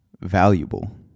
valuable